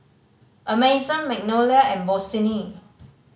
Amazon Magnolia and Bossini